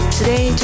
Today